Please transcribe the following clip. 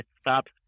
stop